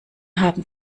haben